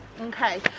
Okay